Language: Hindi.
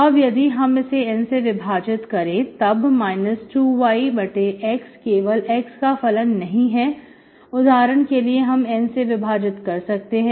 अब यदि हम इसे N से विभाजित करें तब 2yx केवल x का फलन नहीं है उदाहरण के लिए हम N से विभाजित कर सकते हैं